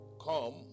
come